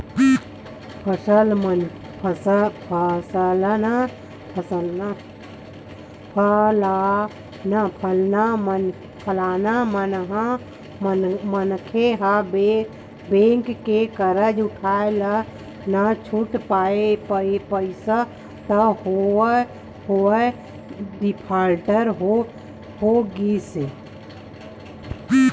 फलाना मनखे ह बेंक के करजा उठाय ल नइ छूट पाइस त ओहा डिफाल्टर हो गिस